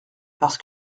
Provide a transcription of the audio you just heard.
parce